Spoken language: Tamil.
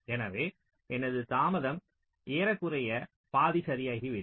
எனவே எனது தாமதம் ஏறக்குறைய பாதி சரியாகிவிடும்